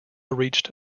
reached